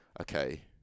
Okay